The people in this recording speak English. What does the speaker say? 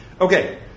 Okay